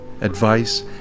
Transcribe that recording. advice